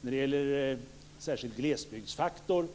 När det gäller den särskilda glesbygdsfaktorn